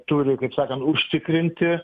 turi kaip sakant užtikrinti